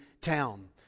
town